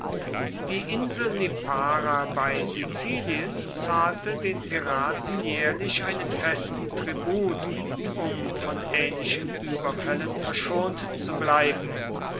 die insel lipara bei sizilien zahlte den piraten jährlich einen festen tribut um von ähnlichen überfällen verschont zu bleiben